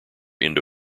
indo